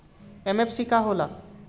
MFC का हो़ला?